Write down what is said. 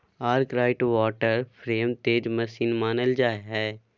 Arkwright water frame तेज machine मानल जा हई